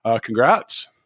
Congrats